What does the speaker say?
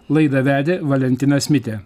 laidą vedė valentinas mitė